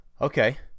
okay